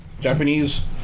Japanese